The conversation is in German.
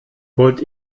wollt